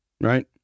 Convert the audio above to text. right